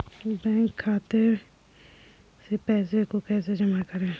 Bank खाते से पैसे को कैसे जमा करें?